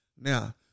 Now